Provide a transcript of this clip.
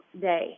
day